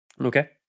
Okay